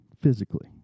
Physically